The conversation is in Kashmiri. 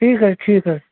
ٹھیٖک حظ ٹھیٖک حظ